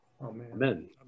Amen